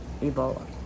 Ebola